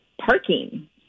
parking